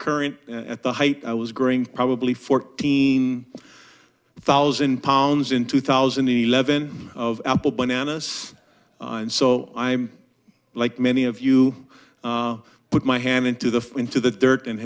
current at the height i was growing probably fourteen thousand pounds in two thousand and eleven of ample bananas and so i'm like many of you put my hand into the into the thirty and